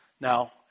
Now